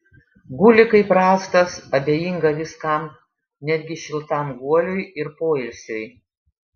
guli kaip rąstas abejinga viskam netgi šiltam guoliui ir poilsiui